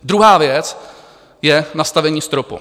Druhá věc je nastavení stropu.